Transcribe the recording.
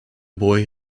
boy